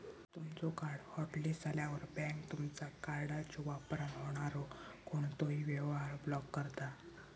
तुमचो card hotlist झाल्यावर, bank तुमचा कार्डच्यो वापरान होणारो कोणतोही व्यवहार ब्लॉक करता